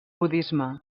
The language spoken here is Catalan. budisme